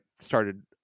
started